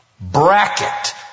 bracket